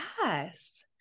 Yes